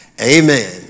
amen